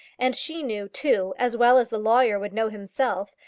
and she knew, too, as well as the lawyer would know himself,